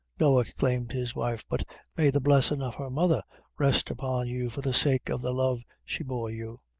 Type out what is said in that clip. no, exclaimed his wife, but may the blessin' of her mother rest upon you for the sake of the love she bore you!